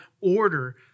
order